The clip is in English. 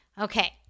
Okay